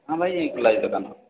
ହଁ ଭାଇ ଖୋଲା ଅଛି ଦୋକାନ